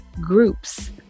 groups